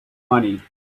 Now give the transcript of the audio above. money